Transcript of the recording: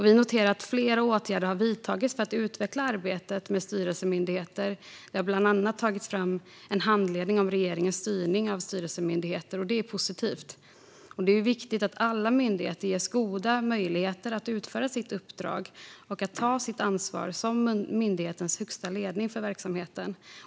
Vi noterar att flera åtgärder har vidtagits för att utveckla arbetet med styrelsemyndigheter. Det har bland annat tagits fram en handledning om regeringens styrning av styrelsemyndigheter, och det är positivt. Det är viktigt att alla myndigheter ges goda möjligheter att utföra sitt uppdrag och att myndigheternas högsta ledning ges goda möjligheter att ta sitt ansvar för verksamheten.